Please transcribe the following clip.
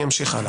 אמשיך.